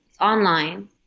online